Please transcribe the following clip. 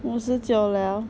五十九了